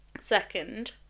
Second